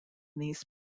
these